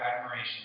admiration